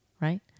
right